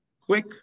quick